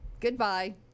goodbye